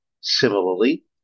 Similarly